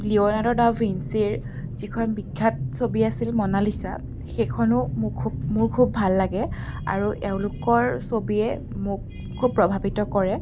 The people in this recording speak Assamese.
লিঅ'ণাৰ্ড ডা ভিন্সিৰ যিখন বিখ্যাত ছবি আছিল মনালিচা সেইখনো মোক খুব মোৰ খুব ভাল লাগে আৰু এওঁলোকৰ ছবিয়ে মোক খুব প্ৰভাৱিত কৰে